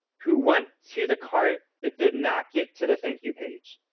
who went to the cart, but did not get to the thank you page.